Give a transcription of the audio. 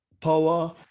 power